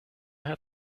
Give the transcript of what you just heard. had